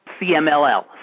CMLL